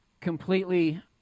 completely